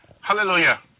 hallelujah